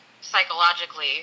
psychologically